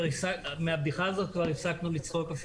מהבדיחה הזו כבר הפסקנו לצחוק.